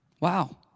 Wow